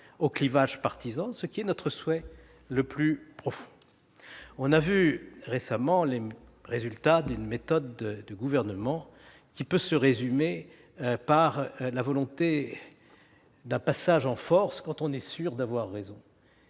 au clivage partisan, ce qui est notre souhait le plus profond. Nous avons vu récemment quels sont les résultats d'une méthode de gouvernement pouvant se résumer par la volonté d'un passage en force quand on est sûr d'avoir raison.